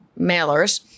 mailers